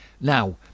Now